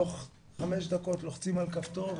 תוך 5 דקות לוחצים על כפתור,